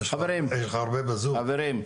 חברים,